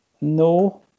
No